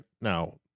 now